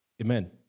Amen